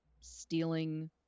stealing